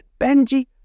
Benji